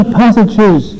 passages